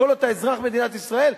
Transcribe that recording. כל עוד אתה אזרח מדינת ישראל,